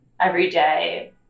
everyday